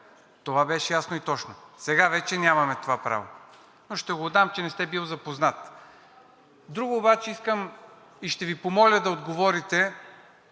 Това беше ясно и точно. Сега вече нямаме това право, но ще го отдам, че не сте бил запознат. Друго обаче искам и ще Ви помоля да отговорите.